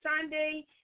Sunday